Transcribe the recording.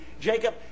Jacob